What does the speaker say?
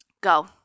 go